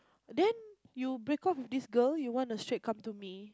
then you break off with this girl you wanna straight come to me